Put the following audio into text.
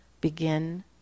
begin